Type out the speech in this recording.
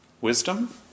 wisdom